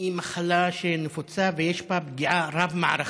היא מחלה נפוצה, ויש בה פגיעה רב-מערכתית.